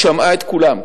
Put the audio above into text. היא שמעה את כולם.